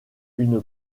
une